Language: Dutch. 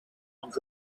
een